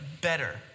better